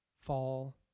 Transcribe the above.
fall